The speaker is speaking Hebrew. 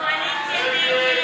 ההסתייגות